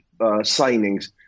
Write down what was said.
signings